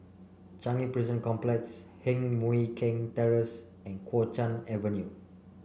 Changi Prison Complex Heng Mui Keng Terrace and Kuo Chuan Avenue